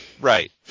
Right